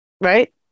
right